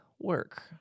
work